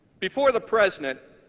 before the president